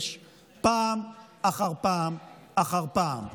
פעם אחר פעם אחר פעם אחר פעם.